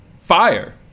fire